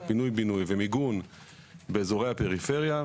הפינוי-בינוי והמיגון באזורי הפריפריה,